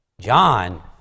John